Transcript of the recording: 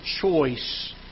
choice